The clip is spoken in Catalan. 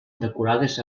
decorades